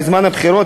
בזמן הבחירות,